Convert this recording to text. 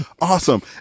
awesome